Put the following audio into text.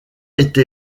été